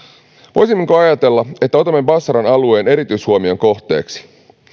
voisimmeko ajatella että otamme basran alueen erityishuomion kohteeksi